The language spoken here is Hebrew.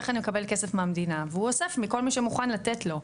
איך אני מקבל כסף מהמדינה והוא אוסף מכל מי שמוכן לתת לו,